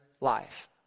life